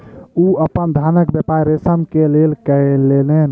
ओ अपन धानक व्यापार रेशम के लेल कय लेलैन